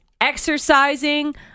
exercising